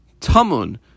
Tamun